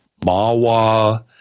Mawa